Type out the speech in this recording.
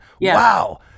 Wow